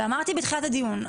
ואמרתי בתחילת הדיון,